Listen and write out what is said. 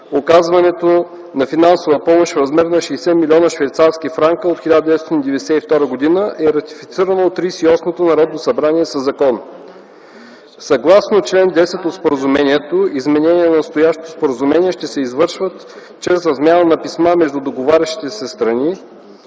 оказването на финансова помощ в размер на 60 млн. швейцарски франка от 1992 г. е ратифицирано от Тридесет и осмото Народно събрание със закон. Съгласно чл. 10 от споразумението „изменения на настоящото споразумение ще се извършват чрез размяна на писма между договарящите се страни”.